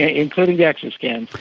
ah including dexa scans!